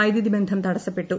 വൈദ്യുതി ബന്ധം തടസ്സപ്പെട്ടു